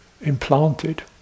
implanted